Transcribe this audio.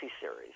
series